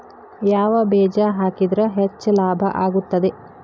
ಯಾವ ಬೇಜ ಹಾಕಿದ್ರ ಹೆಚ್ಚ ಲಾಭ ಆಗುತ್ತದೆ?